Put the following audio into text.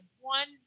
one